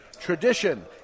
tradition